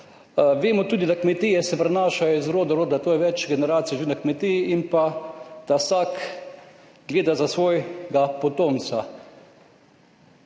Vemo tudi, da kmetije se prenašajo iz roda v to. To je več generacij že na kmetiji in pa da vsak gleda za svojega potomca.